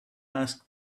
asked